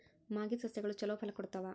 ಮಾಗಿದ್ ಸಸ್ಯಗಳು ಛಲೋ ಫಲ ಕೊಡ್ತಾವಾ?